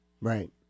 Right